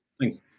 Thanks